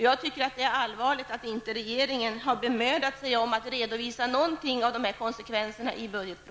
Jag tycker att det är allvarligt att regeringen inte i budgetpropositionen har bemödat sig om att redovisa något av dessa konsekvenser.